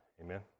Amen